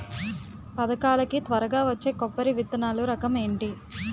పథకాల కి త్వరగా వచ్చే కొబ్బరి విత్తనాలు రకం ఏంటి?